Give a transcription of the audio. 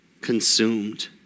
consumed